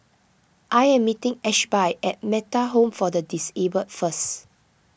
I am meeting Ashby at Metta Home for the Disabled first